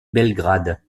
belgrade